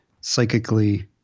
psychically